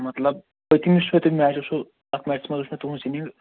مطلب پٔتۍمِس وُچھوا تۅہہِ میچس سُہ اتھ میچس منٛز وُچھ مےٚ تُہٕنٛز سُپیٖڈ